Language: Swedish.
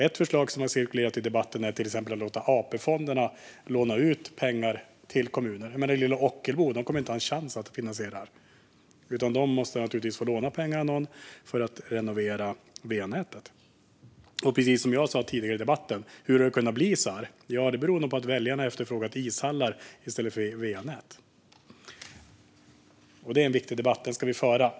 Ett förslag som har cirkulerat i debatten är till exempel att man ska låta AP-fonderna låna ut pengar till kommuner. Lilla Ockelbo kommer inte att ha en chans att finansiera detta. De måste naturligtvis få låna pengar av någon för att renovera va-nätet. Hur har det kunnat bli så här? Som jag sa tidigare i debatten: Det beror nog på att väljarna har efterfrågat ishallar i stället för va-nät. Det är en viktig debatt, och den ska vi föra.